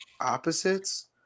opposites